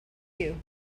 you